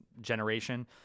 generation